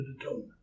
atonement